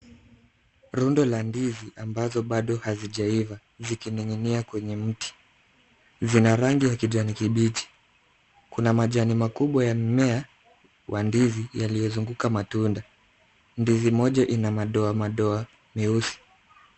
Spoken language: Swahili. Rundo la ndizi ambazo bado hazijaiva zikining'inia kwenye mti. Zina rangi ya kijani kibichi. Kuna majani makubwa ya mmea wa ndizi yaliyozunguka matunda. Ndizi moja ina madoamadoa meusi.